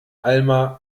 alma